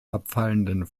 abfallenden